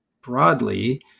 broadly